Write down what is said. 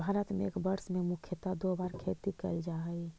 भारत में एक वर्ष में मुख्यतः दो बार खेती कैल जा हइ